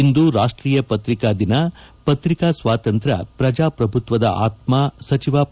ಇಂದು ರಾಷ್ಟೀಯ ಪತ್ರಿಕಾ ದಿನ ಪತ್ರಿಕಾ ಸ್ವಾತಂತ್ರ್ ಪ್ರಜಾಪ್ರಭುತ್ವದ ಆತ್ಮ ಸಚಿವ ು